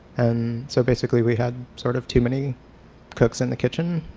and so basically we had sort of too many cooks in the kitchen